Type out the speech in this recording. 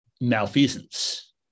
malfeasance